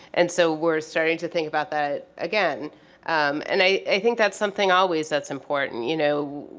and so we're starting to think about that again and i think that's something always that's important you know.